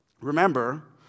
remember